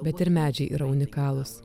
bet ir medžiai yra unikalūs